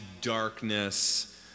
darkness